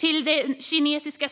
Till den kinesiska